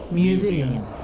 museum